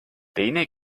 teine